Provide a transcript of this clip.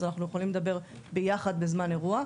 אז אנחנו יכולים לדבר ביחד בזמן אירוע.